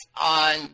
on